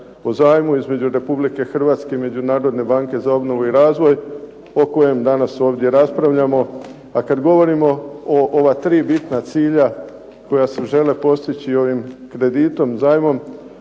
o zajmu između Republike Hrvatske i Međunarodne banke za obnovu i razvoj o kojem danas ovdje raspravljamo a kad govorimo o ova tri bitna cilja koja se žele postići ovim kreditom, zajmom